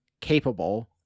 capable